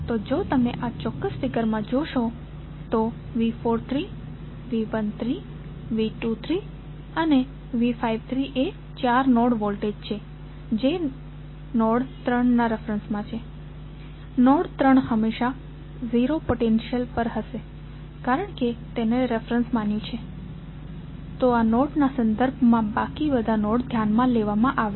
તો જો તમે આ ચોક્ક્સ ફિગરમાં જોશો તો V43 V13 V23 અને V53 એ ચાર નોડ વોલ્ટેજ છે નોડ 3 હંમેશા ઝીરો પોટેન્ટિઅલ પર હશે કારણ કે આપણે તેને રેફેરેંસ માન્યું છે તો આ નોડના સંદર્ભમાં બાકી બધા નોડ ધ્યાન માં લેવામા આવે છે